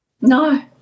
no